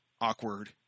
awkward